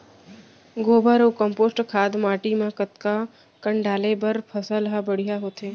गोबर अऊ कम्पोस्ट खाद माटी म कतका कन डाले बर फसल ह बढ़िया होथे?